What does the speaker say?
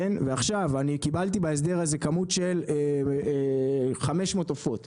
ועכשיו אני קיבלתי בהסדר הזה כמות של 500 עופות,